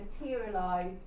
materialise